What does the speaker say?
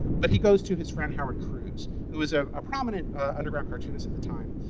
but he goes to his friend howard cruise, who is a prominent underground cartoonist at the time.